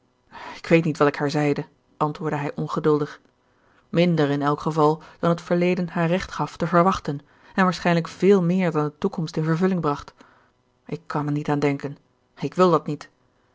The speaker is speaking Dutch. ik weet niet wat ik haar zeide antwoordde hij ongeduldig minder in elk geval dan het verleden haar recht gaf te verwachten en waarschijnlijk veel meer dan de toekomst in vervulling bracht ik kan er niet aan denken ik wil dat niet